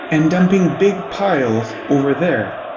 and dumping big piles over there.